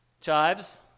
chives